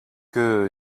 que